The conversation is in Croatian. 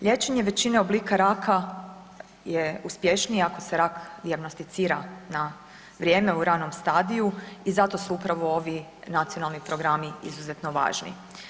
Liječenje većine oblika raka je uspješnije ako se rak dijagnosticira na vrijeme u ranom stadiju i zato su ovi nacionalni programi izuzetno važni.